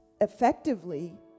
effectively